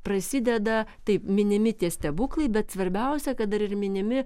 prasideda taip minimi tie stebuklai bet svarbiausia kad dar ir minimi